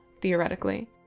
theoretically